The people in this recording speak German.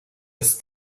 ist